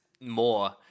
more